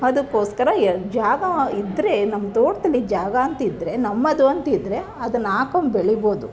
ಅದಕ್ಕೋಸ್ಕರ ಎಲ್ಲಿ ಜಾಗ ಇದ್ದರೆ ನಮ್ಮ ತೋಟದಲ್ಲಿ ಜಾಗ ಅಂತಿದ್ದರೆ ನಮ್ಮದು ಅಂತಿದ್ದರೆ ಅದನ್ನ ಹಾಕೊಂಡು ಬೆಳಿಬೋದು